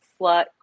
slut